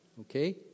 Okay